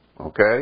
Okay